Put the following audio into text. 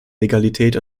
legalität